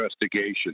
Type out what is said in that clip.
investigation